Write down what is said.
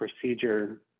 procedure